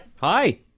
Hi